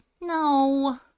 no